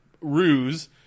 ruse